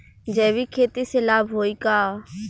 जैविक खेती से लाभ होई का?